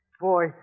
Boy